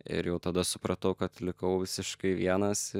ir jau tada supratau kad likau visiškai vienas